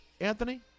Anthony